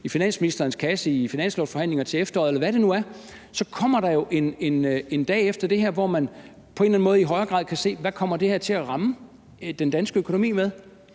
finansministerens kasse ved finanslovsforhandlingerne til efteråret – eller hvad det nu er – så kommer der jo en dag efter det her, hvor man på en eller anden måde i højere grad kan se, hvad det her kommer til at ramme den danske økonomi med.